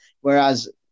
whereas